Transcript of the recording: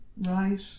Right